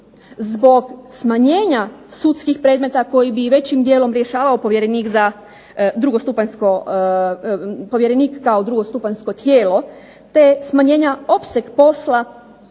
zbog smanjenja sudskih predmeta koji bi većim dijelom rješavao povjerenik za drugostupanjsko, povjerenik kao